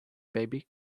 baby